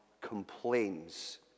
complains